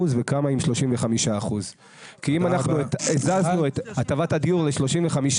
וכמה עם 35%. כי אם אנחנו הזזנו את הטבת הדיור ל-35%